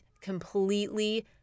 completely